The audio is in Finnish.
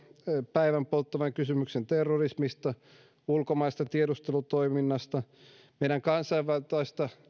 päivänpolttavan kysymyksen terrorismista kysymykset ulkomaisesta tiedustelutoiminnasta meidän kansanvaltaista